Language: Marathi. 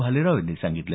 भालेराव यांनी सांगितलं